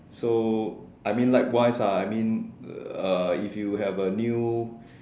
so I mean likewise lah I mean uh if you have a new